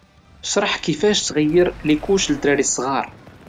اشرح كيفاش تغير ليكوش للدراري الصغار.